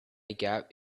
gap